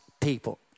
people